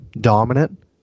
dominant